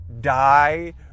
die